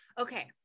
okay